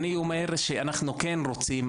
אני אומר שאנחנו כן רוצים,